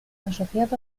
asociados